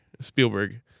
Spielberg